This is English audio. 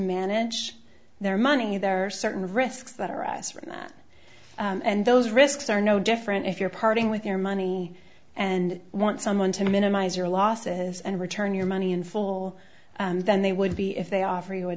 manage their money there are certain risks that arise from that and those risks are no different if you're parting with your money and want someone to minimize your losses and return your money in full and then they would be if they offer you a